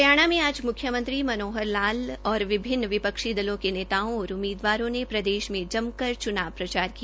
हरियाणा में आज मुख्यमंत्री मनोहर लाल ने और विभिन्न विपक्षी दलों के नेताओं और उम्मीदवारों ने प्रदेश में जमकर चुनाव प्रचार किया